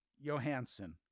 Johansson